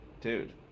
dude